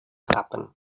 happen